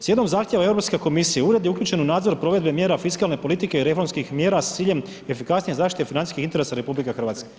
S jednog zahtjeva Europske komisije, ured je uključen u nadzor provedbe mjera fiskalne politike i reformskih mjera s ciljem efikasnije zaštite i financijskih interesa RH.